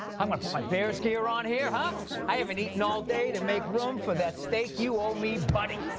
i'm going to put my bears gear on here. and i haven't eaten all day to make room for that steak you owe me, buddy.